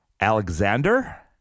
Alexander